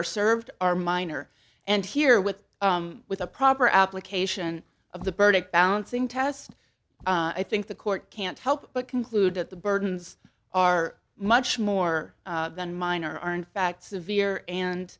are served are minor and here with with a proper application of the burdick balancing test i think the court can't help but conclude that the burdens are much more than minor are in fact severe and